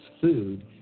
food